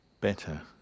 better